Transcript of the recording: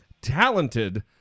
talented